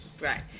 right